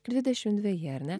dvidešim dveji ar ne